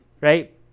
right